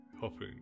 hopping